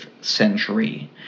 century